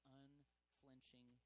unflinching